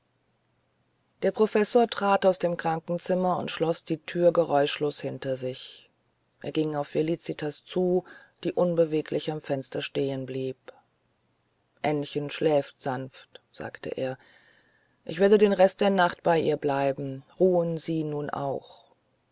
der professor trat aus dem krankenzimmer und schloß die thür geräuschlos hinter sich er ging auf felicitas zu die unbeweglich im fenster stehen blieb aennchen schläft sanft sagte er ich werde den rest der nacht bei ihr bleiben ruhen sie nun auch